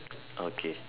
okay